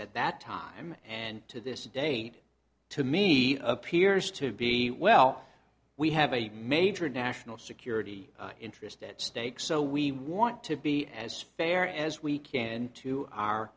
at that time and to this date to me appears to be well we have a major national security interest at stake so we want to be as fair as we can to our